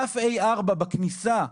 דף A-4 בכניסה.